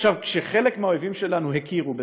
עכשיו, כשחלק מהאויבים שלנו הכירו בזה,